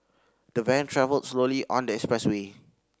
the van travelled slowly on the expressway